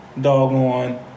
Doggone